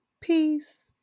Peace